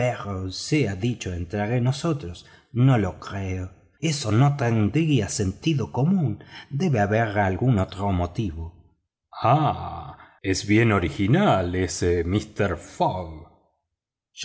pero sea dicho entre nosotros no lo creo eso no tendría sentido común debe haber algún otro motivo ah es muy original ese mister